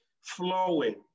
flowing